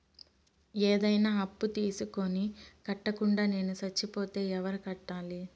ఏదైనా అప్పు తీసుకొని కట్టకుండా నేను సచ్చిపోతే ఎవరు కట్టాలి?